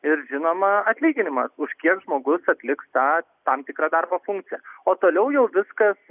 ir žinoma atlyginimas už kiek žmogus atliks tą tam tikrą darbo funkciją o toliau jau viskas